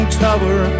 tower